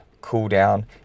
cool-down